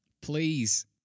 Please